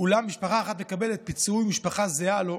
אולם משפחה אחת מקבלת פיצוי ומשפחה זהה לא,